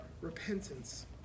repentance